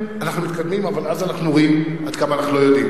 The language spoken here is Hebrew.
הוא מדבר בשם עצמו.